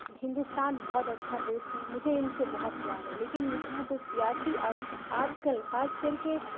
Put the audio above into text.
ہندوستان بہت اچھا دیش ہے مجھے ان سے بہت پیار ہے لیکن یہاں جو سیاسی آج کا آج کل خاص کر کے